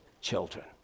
children